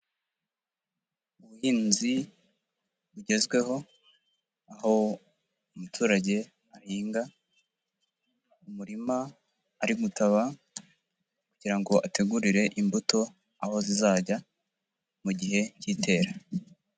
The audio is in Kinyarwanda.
Ubuhinzi bugezweho, aho umuturage ahinga umurima ari gutaba kugira ngo ategurire imbuto aho zizajya mu gihe cy'itera.